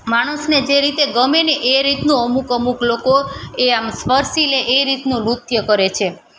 માણસને જે રીતે ગમે ને રીતનું અમુક અમુક લોકો એ આમ સ્પર્શી લે એ રીતનું નૃત્ય કરે છે